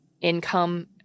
income